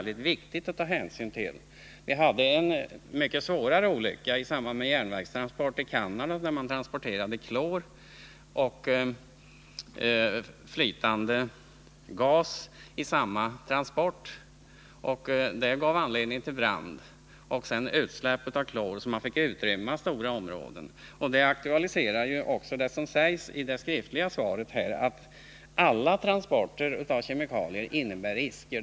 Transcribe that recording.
Det inträffade en mycket svår olycka i samband med en järnvägstransport i Canada där klor och flytande gas förekom i samma transport, vilket gav anledning till brand och därefter utsläpp av klor, så att man fick utrymma stora områden. Detta aktualiserar också det som sägs i det skriftliga svaret, nämligen att alla transporter av kemikalier innebär risker.